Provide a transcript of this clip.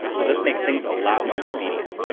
so this makes things a lot more convenient.